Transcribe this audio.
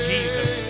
Jesus